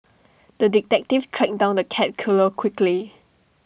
the detective tracked down the cat killer quickly